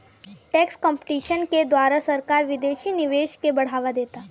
tax competition के द्वारा सरकार विदेशी निवेश के बढ़ावा देता